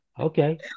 okay